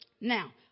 Now